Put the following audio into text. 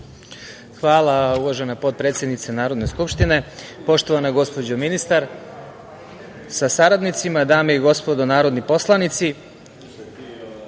Hvala, uvažena potpredsednice Narodne skupštine. Poštovana gospođo ministar sa saradnicima, dame i gospodo narodni poslanici,